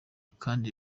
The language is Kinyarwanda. kandi